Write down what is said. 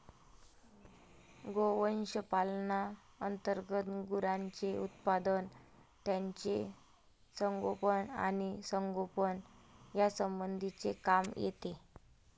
गोवंश पालना अंतर्गत गुरांचे उत्पादन, त्यांचे संगोपन आणि संगोपन यासंबंधीचे काम येते